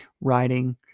writing